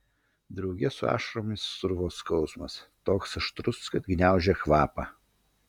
drauge su ašaromis sruvo skausmas toks aštrus kad gniaužė kvapą